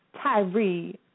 Tyree